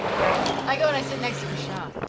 i go and i sit next to kashaw.